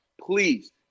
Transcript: please